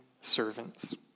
servants